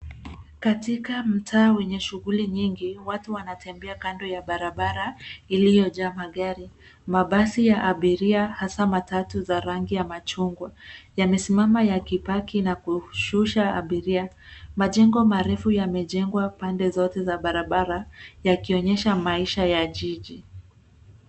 Katika mtaa wenye shughuli nyingi, watu wanatembea kando ya barabara iliyojaa magari. Mabasi ya abiria, hasa matatu za rangi ya machungwa, yamesimama yakipaki na kushusha abiria. Majengo marefu yamejengwa pande zote za barabara, yakionyesha maisha ya jiji.